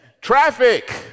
Traffic